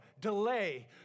delay